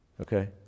Okay